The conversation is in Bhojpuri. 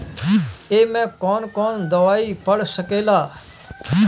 ए में कौन कौन दवाई पढ़ सके ला?